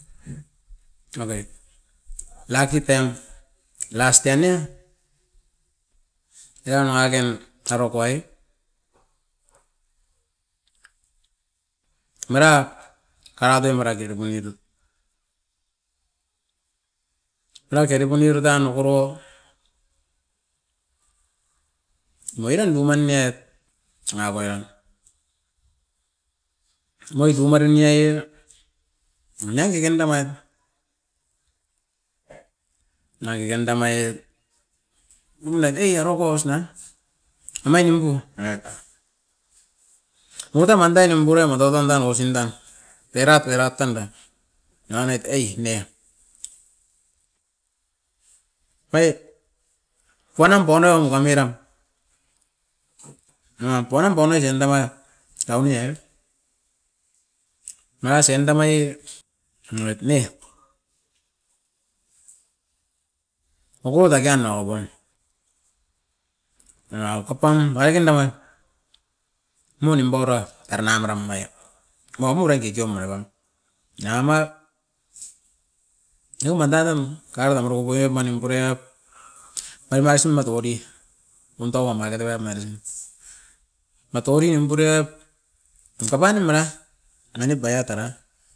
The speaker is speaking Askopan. Avait, laki taim last yia nia era nangaken aroko ai, marat karat e omoroi tot. Era te riporinuru tan okorot moiran uman niet nanga. Omoit umaroniaia ena keke anda mait, nanga keke anda maiet umnaoit e aroko ois na omain nimpu oirat, mokotam anda nimpurai matoton dam osi indan, erat erat anda. Eran oit ei neia. Paiet koanam bonoi mokon oiram, noam ponam pomaisin ta mana taunia. Manasin tamai e, oit ne okot aken nongokoi, era okapam nangaken danai mau nimparat tara na mara mamai et. Maumu rain kikio marepam, denamai deuman dadem kain a morokokoa manim pureait emais ama tokoti mun tauamai kere wam mari, atorim apuriap kopaini mana, mainip baia tara.